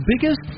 biggest